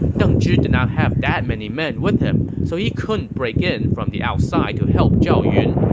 deng zhi did not have that many men with him, so he couldn't break in from the outside to help zhao yun,